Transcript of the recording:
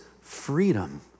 freedom